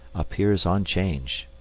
appears on change